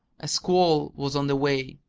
a squall was on the way.